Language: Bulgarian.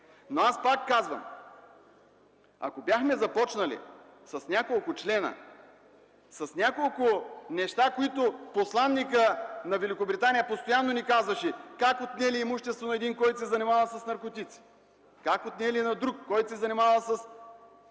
Аз пак казвам: ако бяхме започнали с няколко члена, с няколко неща, които посланикът на Великобритания постоянно ни казваше – как отнели имуществото на един, който се занимавал с наркотици; как отнели на друг, който се занимавал с тероризъм,